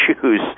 shoes